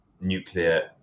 nuclear